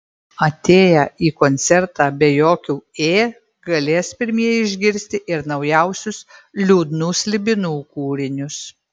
atėję į koncertą be jokių ė galės pirmieji išgirsti ir naujausius liūdnų slibinų kūrinius